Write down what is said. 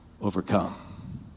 overcome